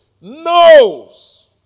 knows